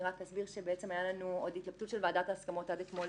אני רק אסביר שהייתה לנו עוד התלבטות של נציגת ועדת ההסכמות עד אתמול